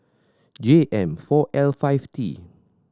J M four L five T